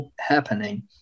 happening